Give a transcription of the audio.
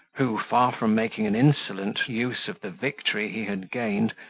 who, far from making an insolent use of the victory he had gained,